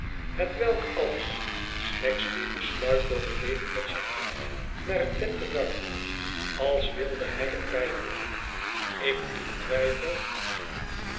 hetwelk alles snagsby besluit door beleefd met zijn hoed naar het bed te wuiven als wilde hij er bijvoegen ik niet twijfel